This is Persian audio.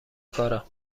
کارم